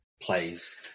plays